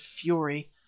fury